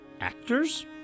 Actors